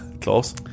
close